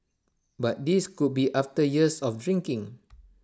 but this could be after years of drinking